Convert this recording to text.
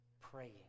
praying